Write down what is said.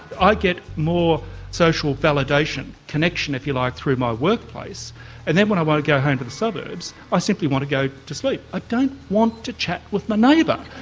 i get more social validation, connection of you like, through my workplace and then when i want to go home to the suburbs i ah simply want to go to sleep. i don't want to chat with my neighbour!